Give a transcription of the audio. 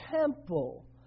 temple